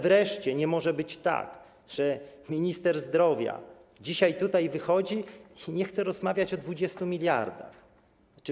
Wreszcie nie może być tak, że minister zdrowia dzisiaj tutaj wychodzi i nie chce rozmawiać o 20 mld zł.